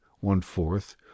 one-fourth